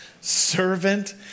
servant